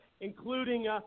including